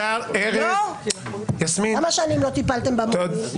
כמה שנים לא טיפלתם במורים?